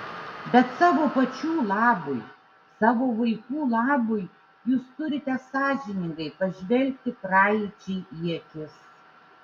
bet savo pačių labui savo vaikų labui jūs turite sąžiningai pažvelgti praeičiai į akis